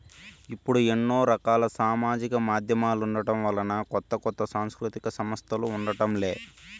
ఇప్పుడు ఎన్నో రకాల సామాజిక మాధ్యమాలుండటం వలన కొత్త కొత్త సాంస్కృతిక సంస్థలు పుట్టడం లే